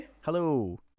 hello